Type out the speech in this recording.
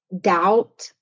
doubt